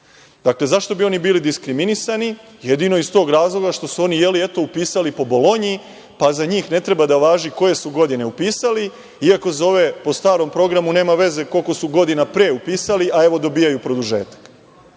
zašto bi oni bili diskriminisani? Jedino iz tog razloga što su oni, je li, eto, upisali po Bolonji, pa za njih ne treba da važi koje su godine u pisali, iako se zove po starom programu nema veze koliko su godina pre upisali, a evo dobijaju produžetak. Dakle,